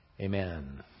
Amen